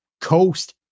coast